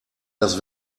das